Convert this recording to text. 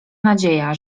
nadzieja